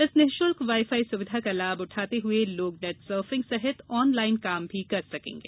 इस निशुल्क wifi सुविधा का लाभ उठाते हए लोग नेट सर्फिंग वीडियो सहित ऑन लाइन काम भी कर सकेगें